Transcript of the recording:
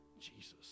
Jesus